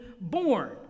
born